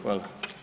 Hvala.